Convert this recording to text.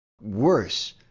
worse